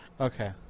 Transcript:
Okay